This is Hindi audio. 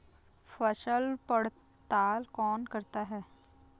फसल पड़ताल कौन करता है?